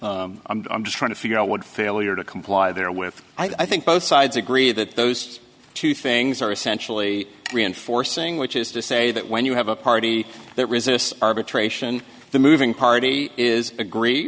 e i'm just trying to figure out what failure to comply there with i think both sides agree that those two things are essentially reinforcing which is to say that when you have a party that resists arbitration the moving party is ag